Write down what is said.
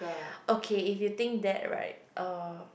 okay if you think that right uh